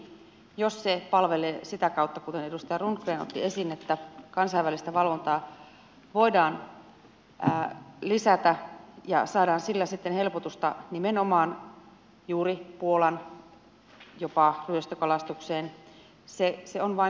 toki jos se palvelee sitä kautta kuten edustaja rundgren otti esiin että kansainvälistä valvontaa voidaan lisätä ja saadaan sillä sitten helpotusta nimenomaan juuri puolan jopa ryöstökalastukseen se on vain hyvä